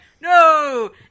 no